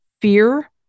fear